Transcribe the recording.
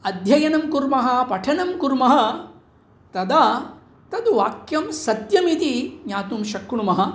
अध्ययनं कुर्मः पठनं कुर्मः तदा तद् वाक्यं सत्यमिति ज्ञातुं शक्नुमः